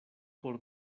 por